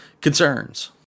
concerns